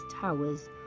towers